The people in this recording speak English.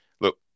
look